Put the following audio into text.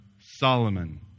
Solomon